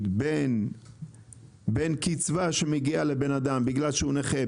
בין קצבה שמגיעה לאדם בגלל שהוא נכה,